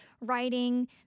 writing